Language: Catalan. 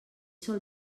sol